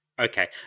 Okay